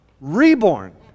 Reborn